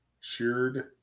Sheared